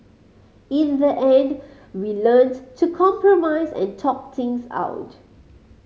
in the end we learnt to compromise and talk things out